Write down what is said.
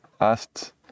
asked